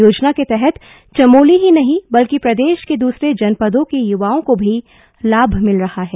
योजना के तहत चमोली ही नहीं ब्लकि प्रदेश के दूसरे जनपदों के युवाओं को भी लाभ मिल रहा है